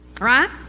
Right